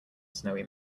snowy